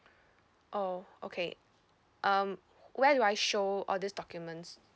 oh okay um where do I show all these documents